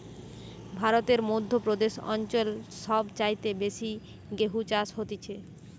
ভারতের মধ্য প্রদেশ অঞ্চল সব চাইতে বেশি গেহু চাষ হতিছে